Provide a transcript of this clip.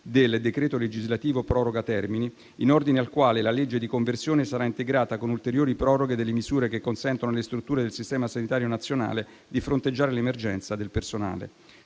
del decreto legislativo proroga termini, in ordine al quale la legge di conversione sarà integrata con ulteriori proroghe delle misure che consentono alle strutture del Sistema sanitario nazionale di fronteggiare l'emergenza del personale.